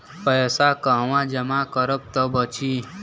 पैसा कहवा जमा करब त बची?